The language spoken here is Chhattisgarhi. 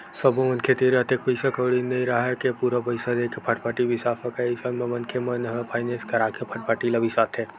सब्बो मनखे तीर अतेक पइसा कउड़ी नइ राहय के पूरा पइसा देके फटफटी बिसा सकय अइसन म मनखे मन ह फायनेंस करा के फटफटी ल बिसाथे